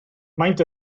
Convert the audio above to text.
maent